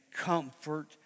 comfort